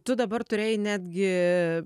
tu dabar turėjai netgi